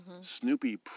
Snoopy